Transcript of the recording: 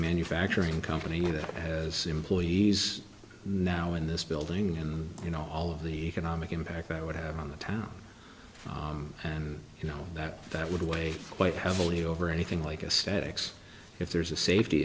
manufacturing company that has employees now in this building and you know all of the anomic impact that would have on the town and you know that that would weigh quite heavily over anything like a statics if there's a safety